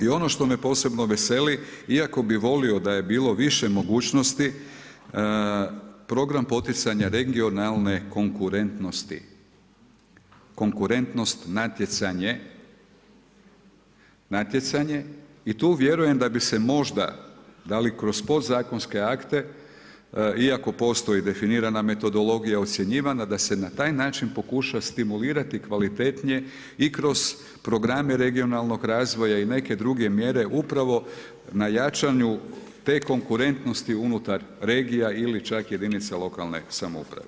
I ono što me posebno veseli iako bi volio da je bilo više mogućnosti program poticanja regionalne konkurentnosti, konkurentnost natjecanje i tu vjerujem da bi se možda da li kroz podzakonske akte iako postoji definirana metodologija ocjenjivana da se na taj način pokuša stimulirati kvalitetnije i kroz programe regionalnog razvoja i kroz neke druge mjere upravo na jačanju te konkurentnosti unutar regija ili čak jedinica lokalne samouprave.